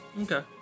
Okay